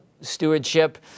stewardship